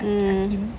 mm